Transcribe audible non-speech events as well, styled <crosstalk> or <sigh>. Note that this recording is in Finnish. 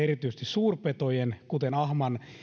<unintelligible> erityisesti suurpetojen kuten ahman